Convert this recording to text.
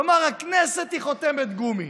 כלומר הכנסת היא חותמת גומי.